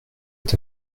est